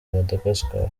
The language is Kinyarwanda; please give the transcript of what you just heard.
madagascar